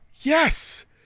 Yes